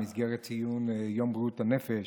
במסגרת ציון יום בריאות הנפש,